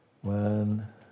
One